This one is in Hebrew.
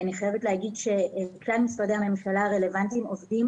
אני חייבת להגיד שכלל משרדי הממשלה הרלוונטיים עובדים